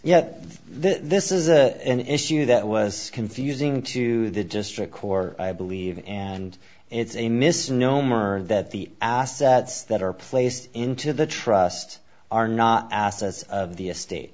yet this is a an issue that was confusing to the district court i believe and it's a misnomer that the assets that are placed into the trust are not assets of the estate